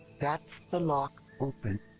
that's the lock open.